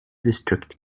district